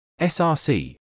src